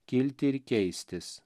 kilti ir keistis